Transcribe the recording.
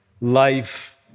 life